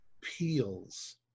peels